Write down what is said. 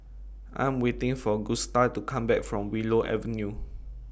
I Am waiting For Gusta to Come Back from Willow Avenue